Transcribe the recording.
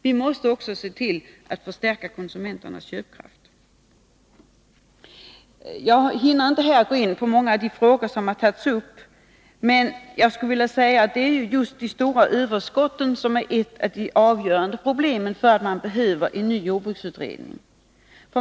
Vi måste också se till att förstärka konsumenternas köpkraft. Jag hinner inte här gå in på många av de frågor som tagits upp, men jag skulle vilja säga att just de stora överskotten är ett av de avgörande skälen till att det behövs en ny jordbruksutredning.